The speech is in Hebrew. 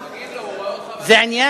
אז תגיד לו, הוא רואה אותך בטלוויזיה.